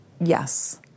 Yes